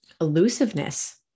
elusiveness